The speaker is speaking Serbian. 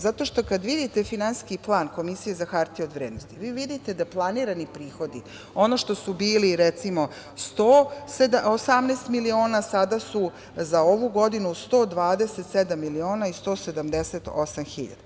Zato što kada vidite finansijski plan Komisije za hartije od vrednosti vi vidite da planirani prihodi, ono što su bili recimo 118 miliona, sada su za ovu godinu 127 miliona i 178 hiljada.